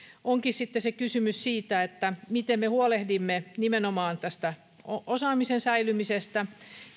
onkin sitten se kysymys siitä miten me huolehdimme nimenomaan tästä osaamisen säilymisestä